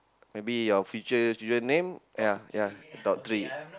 maybe your future children name ya ya top three